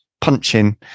punching